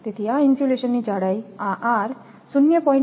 તેથીઆ ઇન્સ્યુલેશનની જાડાઈ આ r 0